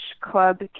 Club